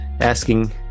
asking